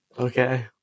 Okay